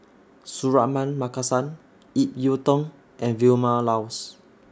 Suratman Markasan Ip Yiu Tung and Vilma Laus